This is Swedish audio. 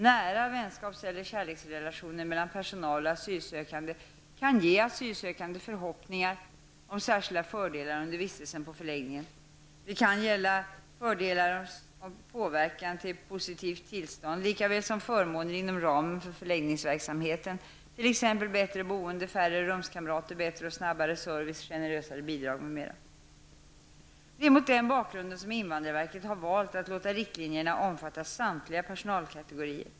Nära vänskaps eller kärleksrelationer mellan personal och asylsökande kan ge asylsökande förhoppningar om särskilda fördelar under vistelsen på förläggningen. Det kan gälla fördelar om påverkan till positivt tillstånd likaväl som förmåner inom ramen för förläggningsverksamheten, t.ex. bättre boende, färre rumskamrater, bättre och snabbare service, generösare bidrag m.m. Det är mot den bakgrunden som invandrarverket har valt att låta riktlinjerna omfatta samtliga personalkategorier.